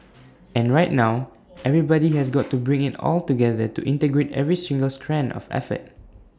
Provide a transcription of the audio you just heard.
and right now everybody has got to bring IT all together to integrate every single strand of effort